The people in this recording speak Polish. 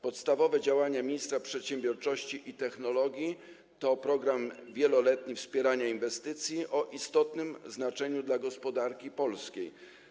Podstawowe działania ministra przedsiębiorczości i technologii to program wieloletni wspierania inwestycji o istotnym znaczeniu dla gospodarki polskiej.